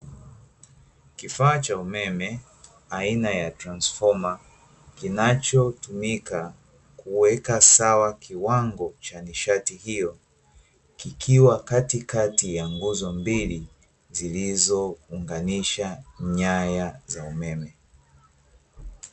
Kifaa cha umeme aina ya transfoma